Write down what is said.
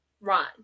run